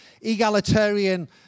Egalitarian